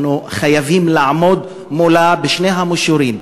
אנחנו חייבים לעמוד מולה בשני המישורים: